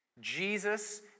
Jesus